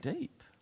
deep